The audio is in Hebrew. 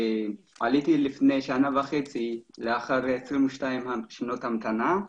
עליתי לפני שנה וחצי לאחר 22 שנות המתנה.